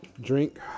drink